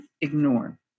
ignore